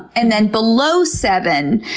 and then below seven,